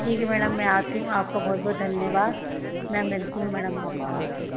ठीक है मैडम मैं आती हूं आपका बहुत बहुत धन्यवाद मैं मिलती हूं मैडम आपको आके